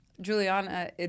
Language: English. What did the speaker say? Juliana